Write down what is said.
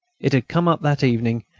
it had come up that evening,